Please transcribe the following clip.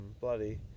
bloody